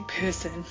person